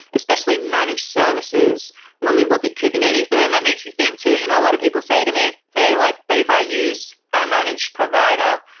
especially managed services when we look at kubernetes. but then that makes you think too. you know a lot of people say to me, hey, like but if i use our ah managed provider,